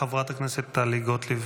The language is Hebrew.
חברת הכנסת טלי גוטליב.